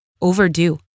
Overdue